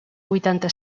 huitanta